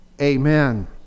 amen